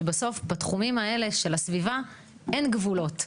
כי בסוף בתחומים האלה של הסביבה אין גבולות.